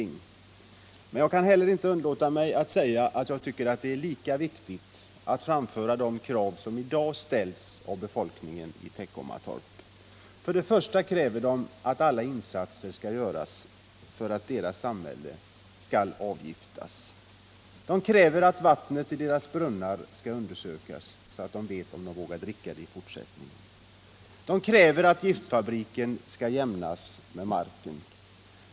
Men jag vill i det sammanhanget inte underlåta att framhålla att jag tycker att det är lika viktigt att man tillgodoser de krav som människorna i Teckomatorp i dag ställer. Först och främst kräver de att alla insatser skall göras för att deras samhälle skall avgiftas. De kräver vidare att vattnet i deras brunnar skall undersökas, så att de vet om de vågar dricka det i fortsättningen. De kräver att giftfabriken skall jämnas med marken.